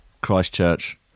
Christchurch